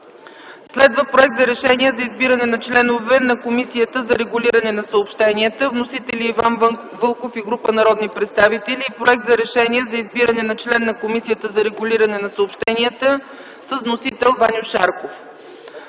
Проект за Решение за избиране на членове на Комисията за регулиране на съобщенията. Вносители са Иван Вълков и група народни представители. Има и проект за решение за избиране на член на Комисията за регулиране на съобщенията с вносител Ваньо Шарков.